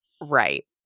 right